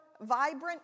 vibrant